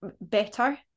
better